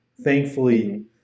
Thankfully